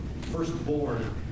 Firstborn